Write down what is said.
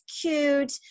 cute